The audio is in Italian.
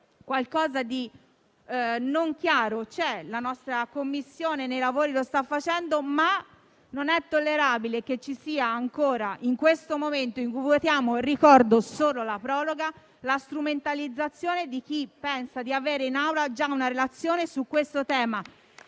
qualcosa di non chiaro. La Commissione sta lavorando, ma non è tollerabile che ci sia ancora, in questo momento in cui, lo ricordo, votiamo solo la proroga, la strumentalizzazione di chi pensa di avere in Assemblea già una relazione sul tema.